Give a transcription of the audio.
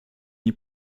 nie